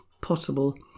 possible